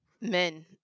men